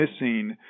missing